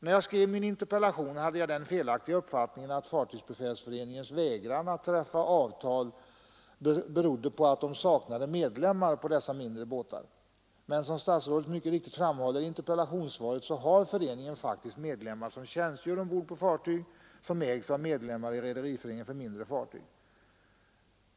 När jag skrev min interpellation hade jag den felaktiga uppfattningen att Fartygsbefälsföreningens vägran att träffa avtal berodde på att den saknade medlemmar på dessa mindre båtar. Men som statsrådet mycket riktigt framhåller i interpellationssvaret har föreningen faktiskt medlemmar som tjänstgör ombord på fartyg, som ägs av medlemmar i Rederiföreningen för mindre fartyg.